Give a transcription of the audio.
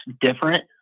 different